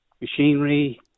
machinery